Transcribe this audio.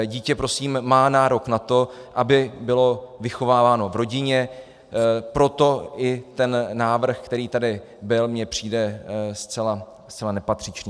Dítě prosím má nárok na to, aby bylo vychováváno v rodině, proto i ten návrh, který tady byl, mi přijde zcela nepatřičný.